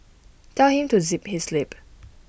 tell him to zip his lip